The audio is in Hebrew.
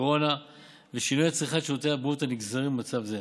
הקורונה ושינויי צריכת שירותי הבריאות הנגזרים ממצב זה.